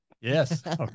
yes